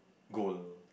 gold